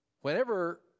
Whenever